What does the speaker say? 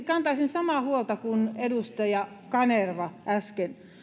kantaisin samaa huolta kuin edustaja kanerva äsken